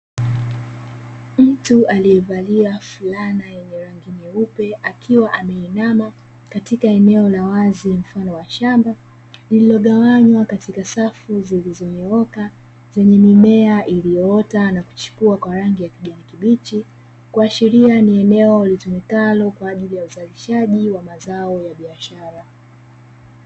Mtu aliyevalia fulana yenye rangi nyeupe akiwa ameinama katika eneo la wazi mfano wa shamba, lililogawanywa katika safu zilizonyooka zenye mimea iliyoota na kuchipua kwa rangi ya kijani kibichi, kuashiria ni eneo litumikalo kwa ajili ya uzalishaji wa mazao ya biashara.